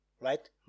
right